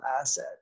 asset